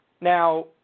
Now